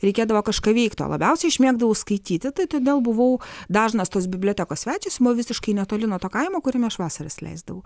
reikėdavo kažką veikti o labiausiai aš mėgdavau skaityti tai todėl buvau dažnas tos bibliotekos svečias visiškai netoli nuo to kaimo kuriame aš vasaras leisdavau